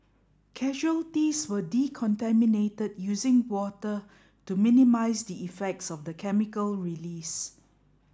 casualties were decontaminated using water to minimise the effects of the chemical release